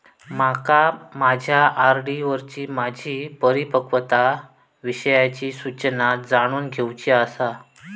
माका माझ्या आर.डी वरची माझी परिपक्वता विषयची सूचना जाणून घेवुची आसा